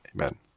Amen